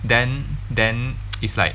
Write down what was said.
then then it's like